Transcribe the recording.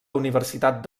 universitat